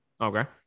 Okay